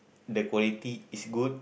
the quality is good